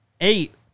Eight